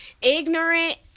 ignorant